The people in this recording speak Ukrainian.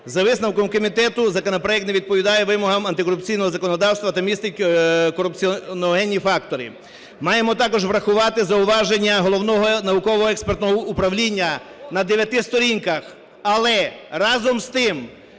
За висновком комітету законопроект не відповідає вимогам антикорупційного законодавства та містить корупціогенні фактори. Маємо також врахувати зауваження Головного науково-експертного управління на 9 сторінках. Але разом з тим,